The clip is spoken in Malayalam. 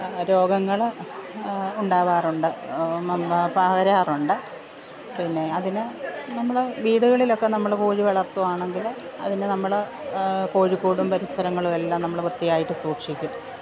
രോഗങ്ങൾ ഉണ്ടാവാറുണ്ട് പകരാറുണ്ട് പിന്നെ അതിന് നമ്മൽ വീടുകളിലൊക്കെ നമ്മൾ കോഴി വളർത്തുവാണെങ്കിൽ അതിന് നമ്മൾ കോഴിക്കൂടും പരിസരങ്ങളും എല്ലാം നമ്മൾ വൃത്തിയായിട്ട് സൂക്ഷിക്കും